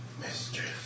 Mistress